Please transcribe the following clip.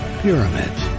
pyramids